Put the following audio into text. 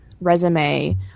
resume